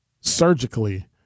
surgically